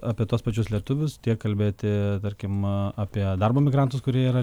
apie tuos pačius lietuvius tiek kalbėti tarkim apie darbo migrantus kurie yra